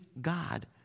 God